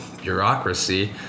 bureaucracy